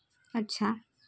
अच्छा